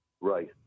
Right